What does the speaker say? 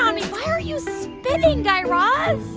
um me why are you spitting, guy raz?